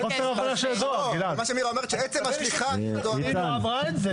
מירה אומרת שעם השליחה --- היא לא אמרה את זה.